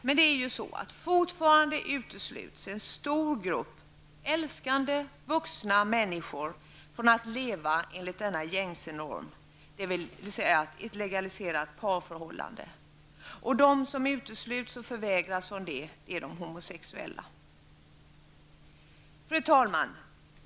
Men fortfarande utesluts en stor grupp älskande, vuxna människor från att leva enligt denna gängse norm, dvs. i ett legaliserat parförhållande. De som utesluts och förvägras detta är de homosexuella.